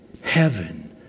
Heaven